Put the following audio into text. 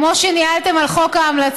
כמו שניהלתם על חוק ההמלצות,